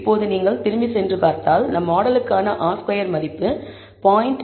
இப்போது நீங்கள் திரும்பிச் சென்று பார்த்தால் நம் மாடலுக்கான R ஸ்கொயர் வேல்யூ 0